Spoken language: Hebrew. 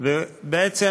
ובעצם